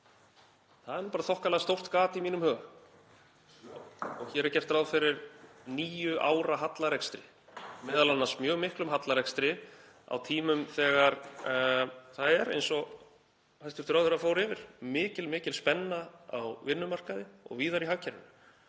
Það er nú bara þokkalega stórt gat í mínum huga. Hér er gert ráð fyrir níu ára hallarekstri, m.a. mjög miklum hallarekstri á tímum þegar það er, eins og hæstv. ráðherra fór yfir, mikil spenna á vinnumarkaði og víðar í hagkerfinu.